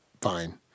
fine